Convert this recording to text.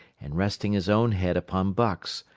and resting his own head upon buck's,